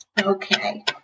Okay